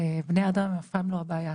בני אדם הם אף פעם לא הבעיה,